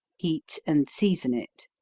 heat and season it.